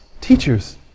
teachers